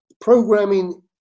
programming